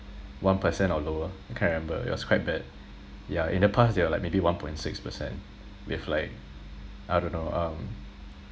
one percent or lower can't remember it was quite bad yeah in the past year like maybe one point six percent with like I don't know um